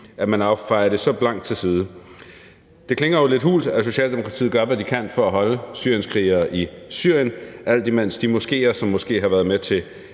at man fejer det så blankt til side. Det klinger jo lidt hult, at Socialdemokratiet gør, hvad de kan, for at holde syrienskrigere i Syrien, alt imens man ikke vil